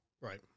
Right